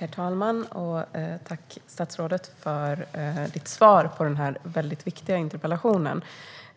Herr talman! Tack, statsrådet, för ditt svar på denna väldigt viktiga interpellation!